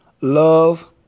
love